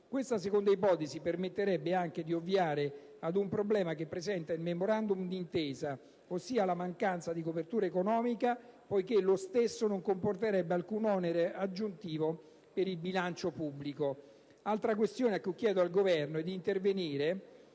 Questa seconda ipotesi permetterebbe anche di ovviare ad un problema che presenta il Memorandum d'intesa, ossia la mancanza di copertura economica, poiché tale soluzione non comporterebbe alcun onere aggiuntivo per il bilancio pubblico. Altra questione su cui chiedo al Governo d'intervenire